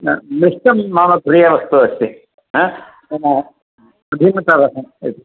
न मिष्टं मम प्रियवस्तु अस्ति हा न अधीनता वर्धन आ